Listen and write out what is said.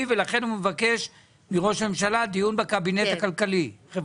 ולכן הוא מבקש מראש הממשלה דיון בקבינט הכלכלי-חברתי.